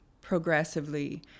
progressively